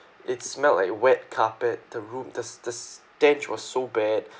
it's smelled like wet carpet the room the the stench was so bad